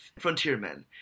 frontiermen